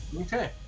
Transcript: Okay